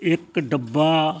ਇੱਕ ਡੱਬਾ